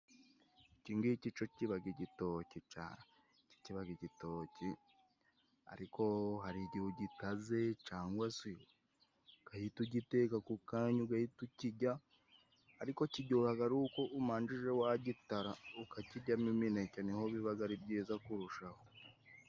Ikingiki co cibaga igitoki cane Kibaga igitoki ariko hari igihe ugitaze cangwa se ugahita ugiteka ako kanya ugahita ukijya ariko kijyohaga ari uko umanjije wagitara ukakijyamo imineke, ni ho bibaga ari byiza kurushaho.